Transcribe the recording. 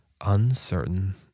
uncertain